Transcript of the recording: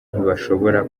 ntibashobora